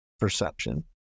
Perception